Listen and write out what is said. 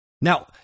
Now